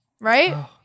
Right